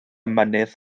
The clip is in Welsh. mynydd